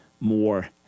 more